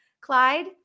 Clyde